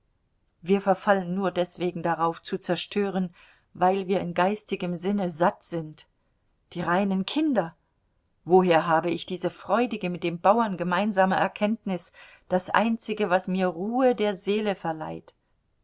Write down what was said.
wir verfallen nur deswegen darauf zu zerstören weil wir in geistigem sinne satt sind die reinen kinder woher habe ich diese freudige mit dem bauern gemeinsame erkenntnis das einzige was mir die ruhe der seele verleiht